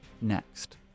next